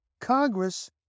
Congress